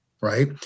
right